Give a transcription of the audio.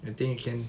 I think you can